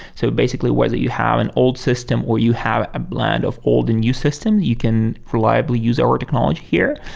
so basically, whether you have an old system or you have a blend of old and new system, you can reliably use our technology here.